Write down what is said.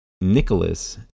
Nicholas